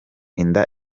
inda